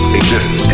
exist